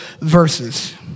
verses